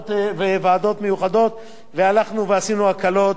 הלכנו ועשינו הקלות בנושא ההיוון,